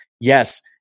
Yes